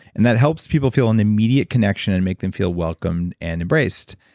and that helps people feel an immediate connection and make them feel welcomed and embraced.